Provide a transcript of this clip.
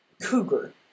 cougar